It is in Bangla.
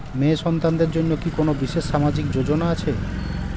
মেয়ে সন্তানদের জন্য কি কোন বিশেষ সামাজিক যোজনা আছে?